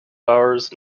hours